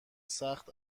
سخت